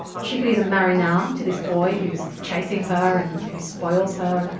she could either marry now to this boy who's chasing her and who spoils her,